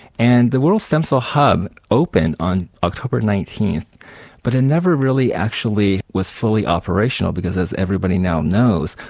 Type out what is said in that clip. and the world stem cell hub opened on october nineteenth but it never really actually was fully operational, because as everybody now knows,